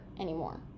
anymore